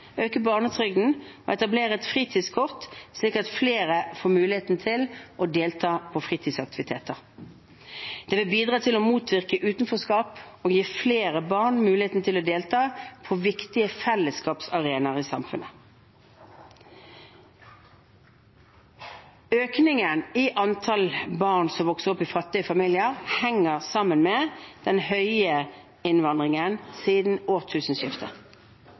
øke barnetrygden og etablere et fritidskort, slik at flere får muligheten til å delta på fritidsaktiviteter. Det vil bidra til å motvirke utenforskap og gi flere barn muligheten til å delta på viktige fellesskapsarenaer i samfunnet. Økningen i antall barn som vokser opp i fattige familier, henger sammen med den høye innvandringen siden